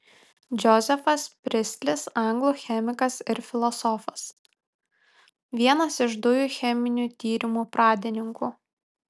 džozefas pristlis anglų chemikas ir filosofas vienas iš dujų cheminių tyrimų pradininkų